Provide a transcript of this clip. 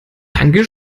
danke